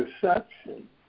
perception